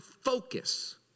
focus